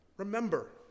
remember